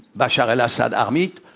bashar al-assad army,